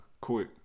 quick